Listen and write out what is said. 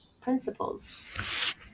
principles